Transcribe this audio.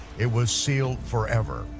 it was sealed forever,